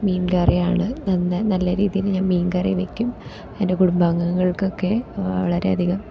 മീൻ കറിയാണ് നല്ല രീതിയിൽ ഞാൻ മീൻ കറി വെക്കും എൻ്റെ കുടുംബാംഗങ്ങൾക്കൊക്കെ വളരെ അധികം